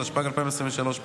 התשפ"ג 2023,